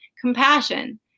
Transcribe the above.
compassion